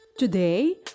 Today